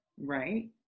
right